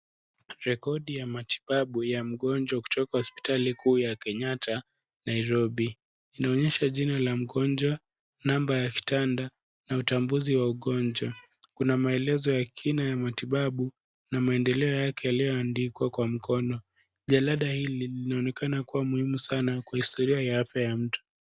Rekodi ya matibabu ya mgonjwa kutoka hospitali kuu ya Kenyatta, Nairobi, inaonyesha jina la mgonjwa, namba ya kitanda na utambuzi wa ugonjwa. Kuna maelezo ya kina ya matibabu na maendeloa yake yaliyoandikwa kwa mkono. Jarada hili linaonekana kuwa muhimu sana kwa historia ya afya ya mtu.